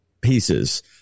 pieces